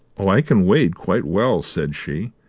oh, i can wade quite well, said she.